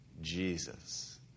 Jesus